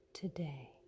today